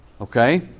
okay